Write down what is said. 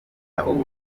kampala